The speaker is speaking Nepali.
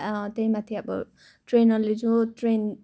त्यही माथि अब ट्रेनरले जो ट्रेन